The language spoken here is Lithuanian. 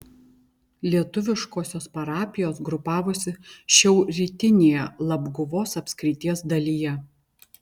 lietuviškosios parapijos grupavosi šiaurrytinėje labguvos apskrities dalyje